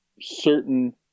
certain